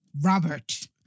Robert